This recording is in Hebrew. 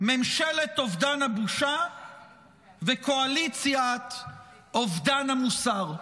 ממשלת אובדן הבושה וקואליציית אובדן המוסר.